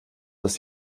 des